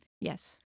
yes